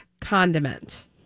condiment